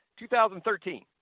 2013